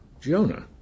Jonah